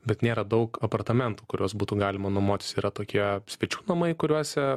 bet nėra daug apartamentų kuriuos būtų galima nuomotis yra tokie svečių namai kuriuose